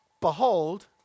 Behold